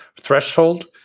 threshold